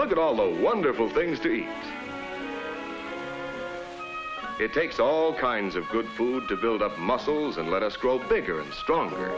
look at all wonderful things to eat it takes all kinds of good food to build up muscles and let us grow bigger and stronger